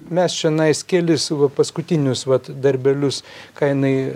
mes čionais kelis paskutinius vat darbelius ką jinai